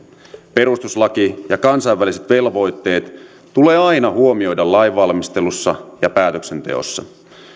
perustuslaki ja kansainväliset velvoitteet tulee aina huomioida lainvalmistelussa ja päätöksenteossa